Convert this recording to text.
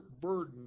burden